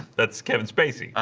that's kevin spacey?